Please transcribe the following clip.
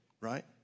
right